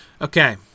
Okay